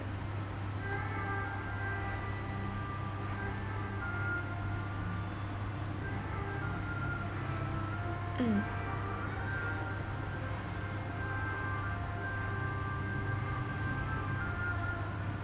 mm